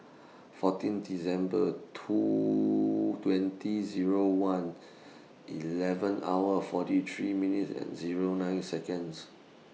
fourteen December two twenty Zero one eleven hours forty three minutes and Zero nine Seconds